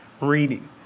reading